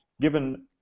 given